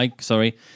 Sorry